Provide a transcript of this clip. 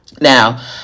now